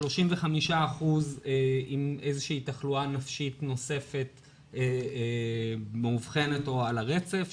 35% עם איזה שהיא תחלואה נפשית נוספת מאובחנת או על הרצף,